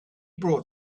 brought